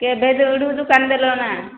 କେବେଠୁ ଦେଲନା